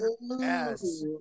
Yes